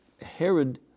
Herod